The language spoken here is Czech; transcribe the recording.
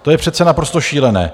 To je přece naprosto šílené.